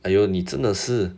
!aiyo! 你真的是